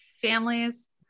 families